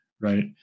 right